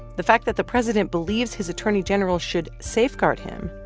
the fact that the president believes his attorney general should safeguard him,